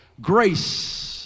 grace